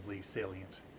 salient